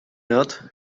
not